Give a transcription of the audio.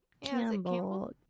Campbell